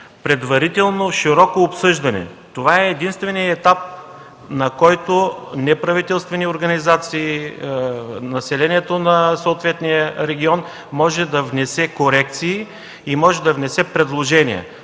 предварително широко обсъждане. Това е единственият етап, на който неправителствени организации, населението на съответния регион може да внесе корекции и предложения,